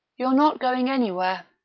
you're not going anywhere.